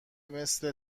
مثل